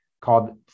called